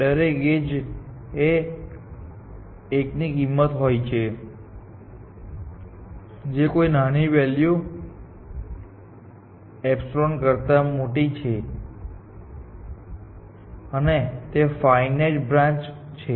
દરેક એજ ને એક કિંમત હોય છે જે કોઈ નાની વૅલ્યુ એપ્સિલોન કરતા મોટી છે અને તેને ફાઇનાઇટ બ્રાન્ચ છે